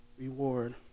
reward